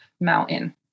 mountain